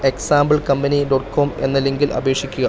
example company dot com എന്ന ലിങ്കിൽ അപേക്ഷിക്കുക